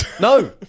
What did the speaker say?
No